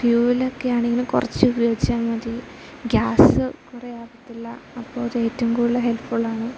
ഫ്യൂവലൊക്കെയാണെങ്കിലും കുറച്ചുപയോഗിച്ചാൽ മതി ഗ്യാസ് കുറയാകത്തില്ല അപ്പതേറ്റവും കൂടുതൽ ഹെൽപ്ഫുള്ളാണ്